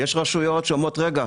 ויש רשויות שאומרות: "רגע,